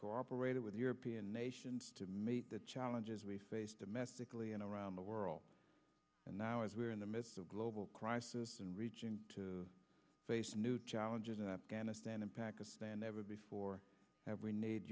cooperated with european nations to make the challenges we face domestically and around the world and now as we are in the midst of a global crisis and region to face new challenges in afghanistan and pakistan never before have we need